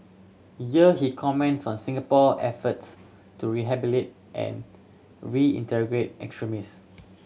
he comments on Singapore efforts to rehabilitate and we reintegrate extremist